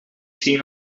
seen